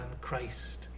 Christ